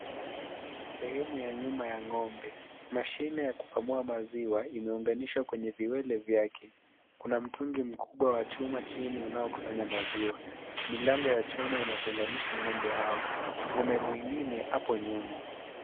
Sehemu ya nyuma ya ng'ombe. Mashine ya kukamua maziwa imeunganishwa kwenye viwele vyake. Kuna mtungi mkubwa wa chuma chini unaokusanya maziwa. Milango ya chuma inatenganisha ng'ombe hao. Ng'ombe mwingine hapo nyuma.